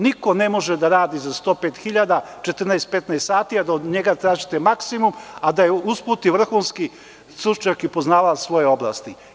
Niko ne može da radi za 105.000 14, 15 sati, a da od njega tražite maksimum, a da je usput i vrhunski stručnjak i poznavalac svoje oblasti.